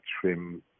trim